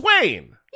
Wayne